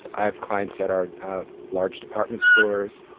i have clients that are large department stores.